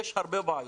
יש הרבה בעיות.